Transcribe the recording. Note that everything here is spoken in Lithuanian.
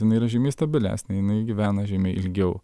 jinai yra žymiai stabilesnė jinai gyvena žymiai ilgiau